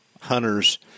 hunters